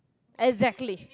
exactly